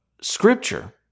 scripture